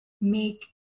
make